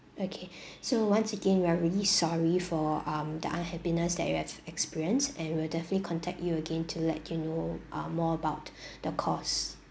okay so once again we are really sorry for um the unhappiness that you have experienced and we'll definitely contact you again to let you know um more about the cause